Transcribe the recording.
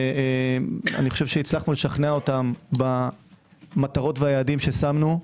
אני חושב שהצלחנו לשכנע אותם במטרות והיעדים ששמנו.